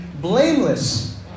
blameless